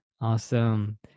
Awesome